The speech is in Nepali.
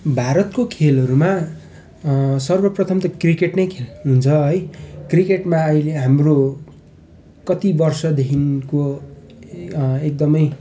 भारतको खेलहरूमा सर्वप्रथम त क्रिकेट नै खेल हुन्छ है क्रिकेटमा अहिले हाम्रो कति वर्षदेखिको एकदमै